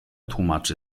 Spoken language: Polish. tłumaczy